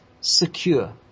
secure